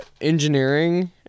engineering